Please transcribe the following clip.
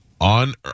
On